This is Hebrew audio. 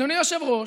אדוני היושב-ראש,